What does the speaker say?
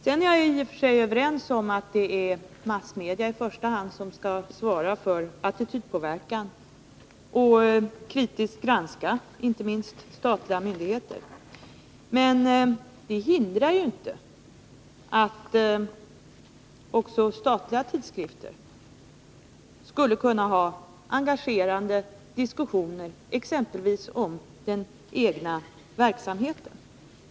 Sedan är jag i och för sig överens med Sven-Erik Nordin om att det är massmedierna som i första hand skall svara för attitydpåverkan och kritiskt granska inte minst statliga myndigheter. Men det hindrar inte att också statliga tidskrifter skulle kunna ha engagerande diskussioner exempelvis om den egna verksamheten.